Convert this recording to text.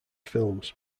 films